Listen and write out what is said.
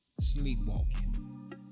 sleepwalking